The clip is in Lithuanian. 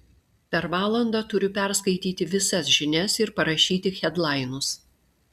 per valandą turiu perskaityti visas žinias ir parašyti hedlainus